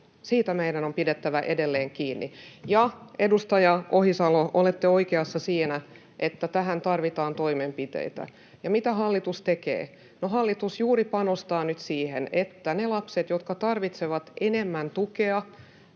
Siitä meidän on pidettävä edelleen kiinni, ja, edustaja Ohisalo, olette oikeassa siinä, että tähän tarvitaan toimenpiteitä. Mitä hallitus tekee? No hallitus juuri panostaa nyt siihen, että ne lapset, jotka tarvitsevat enemmän tukea